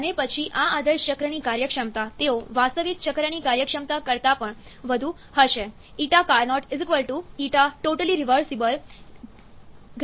અને પછી આ આદર્શ ચક્રની કાર્યક્ષમતા તેઓ વાસ્તવિક ચક્રની કાર્યક્ષમતા કરતાં પણ વધુ હશે